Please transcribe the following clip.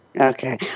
Okay